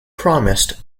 promised